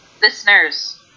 listeners